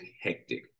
hectic